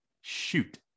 shoot